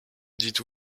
dites